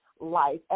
life